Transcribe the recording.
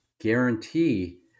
guarantee